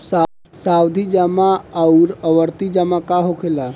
सावधि जमा आउर आवर्ती जमा का होखेला?